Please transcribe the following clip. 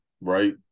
right